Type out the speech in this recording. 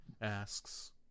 asks